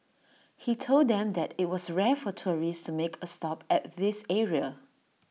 he told them that IT was rare for tourists to make A stop at this area